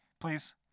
Please